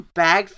bag